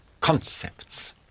concepts